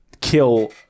kill